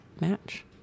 match